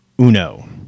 Uno